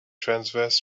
transverse